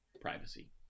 privacy